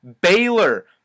Baylor